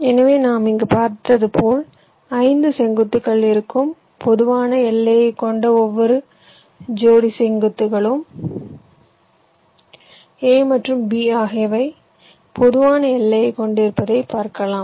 எனவே நாம் இங்கு பார்ப்பதுபோல் 5 செங்குத்துகள் இருக்கும் பொதுவான எல்லையைக் கொண்ட ஒவ்வொரு இணை தொகுதிகளும் A மற்றும் B ஆகியவை பொதுவான எல்லையைக் கொண்டிருப்பதைப் பார்க்கலாம்